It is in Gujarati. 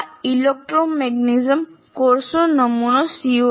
આ ઇલેક્ટ્રોમેગ્નેટિઝમ કોર્સનો નમૂનો CO છે